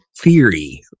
theory